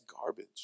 garbage